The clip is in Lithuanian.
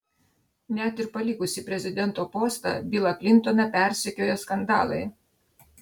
net ir palikusį prezidento postą bilą klintoną persekioja skandalai